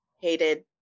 hated